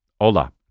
Hola